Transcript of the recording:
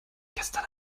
gestern